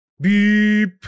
beep